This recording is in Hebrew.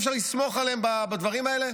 אי-אפשר לסמוך עליהם בדברים האלה?